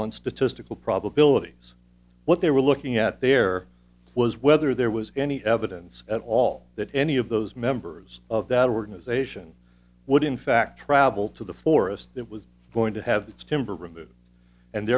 on statistical probabilities what they were looking at there was whether there was any evidence at all that any of those members of that organization would in fact travel to the forest that was going to have the timber removed and